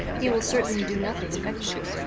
he will certainly do nothing effective.